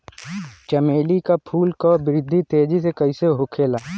चमेली क फूल क वृद्धि तेजी से कईसे होखेला?